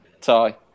tie